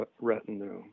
retinue